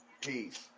Peace